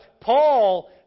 Paul